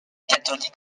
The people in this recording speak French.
catholiques